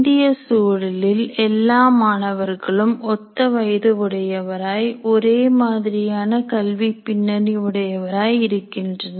இந்திய சூழலில் எல்லா மாணவர்களும் ஒத்த வயது உடையவராய் ஒரே மாதிரியான கல்விப் பின்னணி உடையவராய் இருக்கின்றனர்